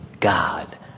God